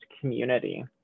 community